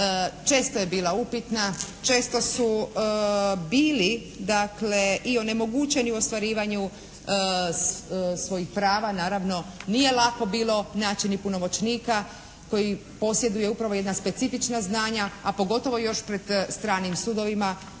često je bila upitna, često su bili dakle i onemogućeni u ostvarivanju svojih prava. Naravno, nije lako bilo naći ni punomoćnika koji posjeduje upravo jedna specifična znanja, a pogotovo još pred stranim sudovima